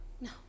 No